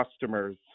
customers